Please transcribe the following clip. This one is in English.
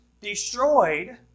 destroyed